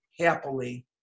happily